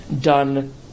done